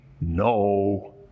no